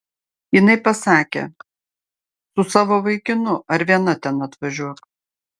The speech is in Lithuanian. jinai pasakė su savo vaikinu ar viena ten atvažiuok